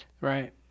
right